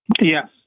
Yes